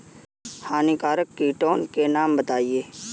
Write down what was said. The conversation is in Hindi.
हानिकारक कीटों के नाम बताएँ?